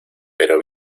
pero